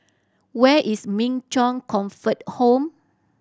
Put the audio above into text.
where is Min Chong Comfort Home